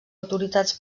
autoritats